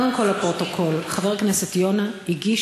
קודם כול לפרוטוקול: חבר הכנסת יונה הגיש